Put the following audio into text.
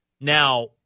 Now